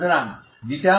সুতরাং ξ